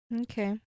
Okay